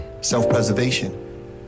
Self-preservation